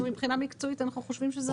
מבחינה מקצועית אנחנו חושבים שזה נכון.